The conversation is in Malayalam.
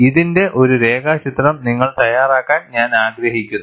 ഇതിന്റെ ഒരു രേഖാചിത്രം നിങ്ങൾ തയ്യാറാക്കാൻ ഞാൻ ആഗ്രഹിക്കുന്നു